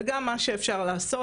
וגם מה אפשר לעשות.